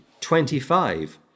Twenty-five